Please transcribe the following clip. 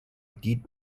deed